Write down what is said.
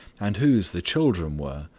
and whose the children were,